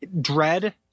dread